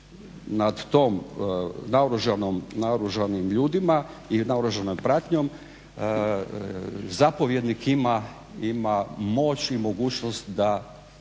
nad tim naoružanim ljudima i naoružanom pratnjom zapovjednik ima moć i mogućnost da